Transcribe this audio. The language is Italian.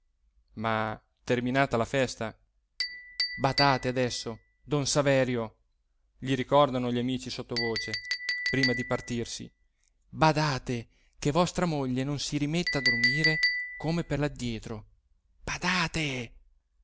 ma terminata la festa badate adesso don saverio gli ricordano gli amici sottovoce prima di partirsi badate che vostra moglie non si rimetta a dormire come per l'addietro badate